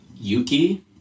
Yuki